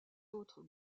autres